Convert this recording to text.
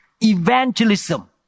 evangelism